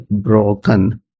broken